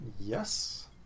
Yes